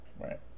Right